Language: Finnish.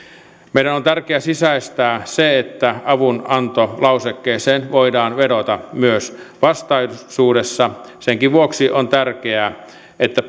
meidän on tärkeä sisäistää se että avunantolausekkeeseen voidaan vedota myös vastaisuudessa senkin vuoksi on tärkeää että